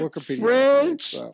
French